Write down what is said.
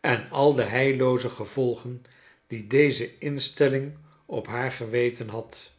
en al de heillooze gevolgen die deze ins telling op haar geweten had